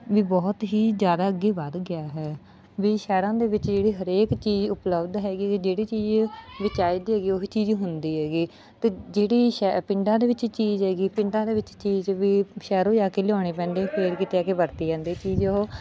ਵੀ ਬਹੁਤ ਹੀ ਜ਼ਿਆਦਾ ਅੱਗੇ ਵੱਧ ਗਿਆ ਹੈ ਵੀ ਸ਼ਹਿਰਾਂ ਦੇ ਵਿੱਚ ਜਿਹੜੀ ਹਰੇਕ ਚੀਜ਼ ਉਪਲਬਧ ਹੈਗੀ ਕਿ ਜਿਹੜੀ ਚੀਜ਼ ਵੀ ਚਾਹੀਦੀ ਹੈਗੀ ਉਹੀ ਚੀਜ਼ ਹੁੰਦੀ ਹੈਗੀ ਅਤੇ ਜਿਹੜੀ ਸ਼ ਪਿੰਡਾਂ ਦੇ ਵਿੱਚ ਚੀਜ਼ ਹੈਗੀ ਪਿੰਡਾਂ ਦੇ ਵਿੱਚ ਚੀਜ਼ ਵੀ ਸ਼ਹਿਰ ਜਾ ਕੇ ਲਿਆਉਣੀ ਪੈਂਦੀ ਫਿਰ ਕਿਤੇ ਜਾ ਕੇ ਵਰਤੀ ਜਾਂਦੀ ਚੀਜ਼ ਉਹ